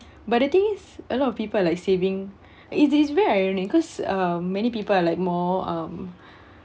but the thing is a lot of people are like saving it is very ironic because um many people are like more um